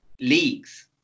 leagues